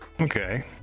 Okay